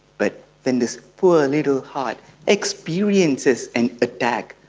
but when this poor little heart experiences an attack,